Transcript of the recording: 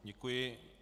Děkuji.